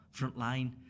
frontline